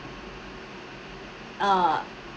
err